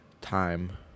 time